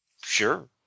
Sure